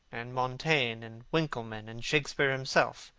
and montaigne, and winckelmann, and shakespeare himself.